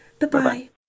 Bye-bye